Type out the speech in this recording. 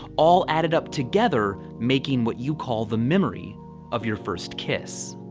all added up together making what you call the memory of your first kiss.